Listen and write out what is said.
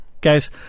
guys